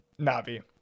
Navi